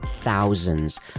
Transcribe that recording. thousands